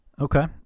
Okay